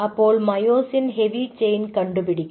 അപ്പോൾ myosin heavy chain കണ്ടുപിടിക്കണം